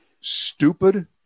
stupid